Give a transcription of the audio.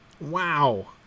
Wow